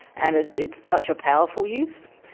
and it's it's such a powerful use.